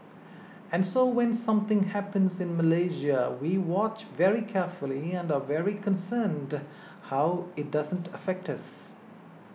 and so when something happens in Malaysia we watch very carefully and are very concerned how it doesn't affects us